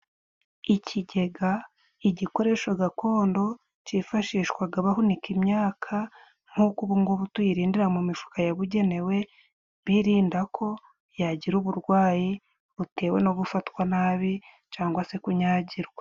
Ikigega igikoresho gakondo cyifashishwaga bahunika imyaka nkuko ubungubu tuyirundira mu mifuka yabugenewe, birinda ko yagira uburwayi butewe no gufatwa nabi cyangwa se kunyagirwa.